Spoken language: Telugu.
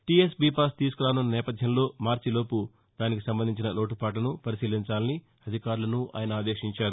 టీఎస్ బీ పాస్ తీసుకురానున్న నేపథ్యంలో మార్చిలోపు దానికి సంబంధించిన లోటుపాట్లను పరిశీలించాలని అధికారులను ఆయన ఆదేశించారు